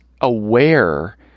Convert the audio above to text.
aware